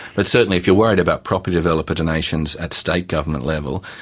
but certainly if you are worried about property developer donations at state government level,